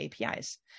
apis